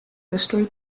history